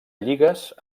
lligues